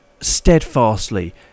steadfastly